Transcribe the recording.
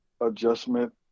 adjustment